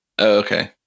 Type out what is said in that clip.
Okay